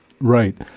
Right